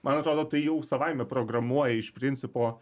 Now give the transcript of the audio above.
man atrodo tai jau savaime programuoja iš principo